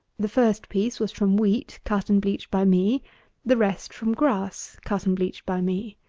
the first piece was from wheat cut and bleached by me the rest from grass cut and bleached by me.